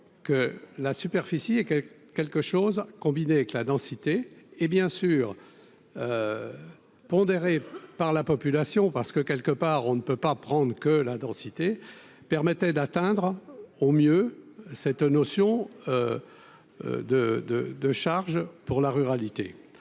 que la superficie et quelque chose, combiné avec la densité et bien sûr, pondéré par la population parce que quelque part on ne peut pas prendre que la densité permettait d'atteindre au mieux cette notion de de de charges pour la ruralité